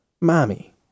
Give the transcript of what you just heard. Mommy